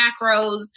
macros